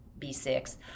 B6